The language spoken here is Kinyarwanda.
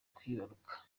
kwibaruka